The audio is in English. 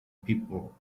people